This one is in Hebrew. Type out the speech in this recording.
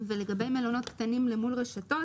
לגבי מלונות קטנים אל מול רשתות